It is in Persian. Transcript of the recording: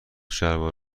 شلوار